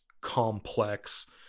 complex